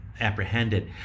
apprehended